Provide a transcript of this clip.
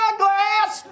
glass